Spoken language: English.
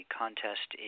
contest